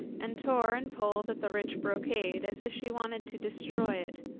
and tore and pulled at the rich brocade as if she wanted to destroy it,